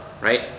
right